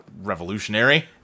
revolutionary